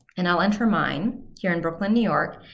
and i'll enter mine here in brooklyn new york.